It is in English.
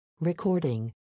recording